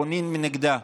פונים נגדה.